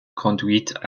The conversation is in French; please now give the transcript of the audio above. conduites